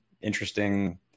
interesting